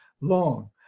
long